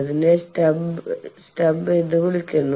അതിനെ സ്റ്റബ്സ് എന്ന് വിളിക്കുന്നു